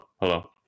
hello